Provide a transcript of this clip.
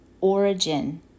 Origin